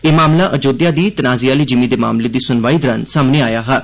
एह् मामला अयोध्या दी तनाजे आह्ली जिमीं दे मामले दी सुनवाई दौरान सामने आया हा